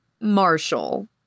Marshall